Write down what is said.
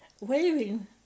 waving